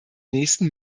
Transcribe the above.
nächsten